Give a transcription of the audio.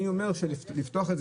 אני אומר שיש לפתוח,